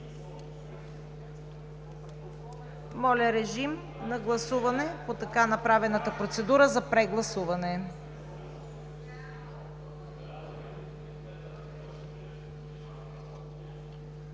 Моля, режим на гласуване по така направената процедура. Гласували